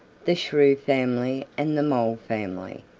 the shrew family and the mole family.